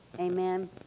amen